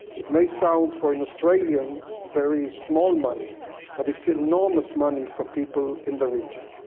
it may sound for an australian very small money but its enormous money for people in the region.